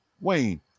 Wayne